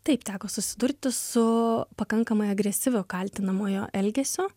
taip teko susidurti su pakankamai agresyviu kaltinamojo elgesio